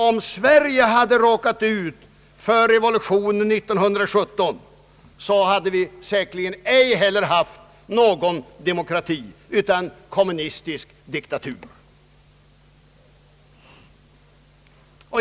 Om Sverige hade råkat ut för revolution 1917 hade vi säkerligen ej heller haft någon demokrati, utan kommunistisk diktatur.